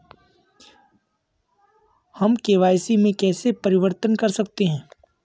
हम के.वाई.सी में कैसे परिवर्तन कर सकते हैं?